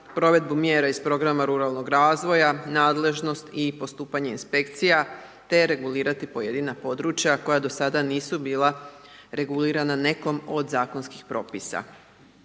provedbu mjera iz programa ruralnog razvoja, nadležnost i postupanje Inspekcija, te regulirati pojedina područja koja do sada nisu bila regulirana nekom od zakonskih propisa.